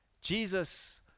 Jesus